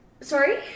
Sorry